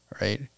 right